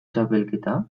txapelketa